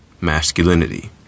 masculinity